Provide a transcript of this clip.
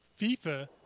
FIFA